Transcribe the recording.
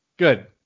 Good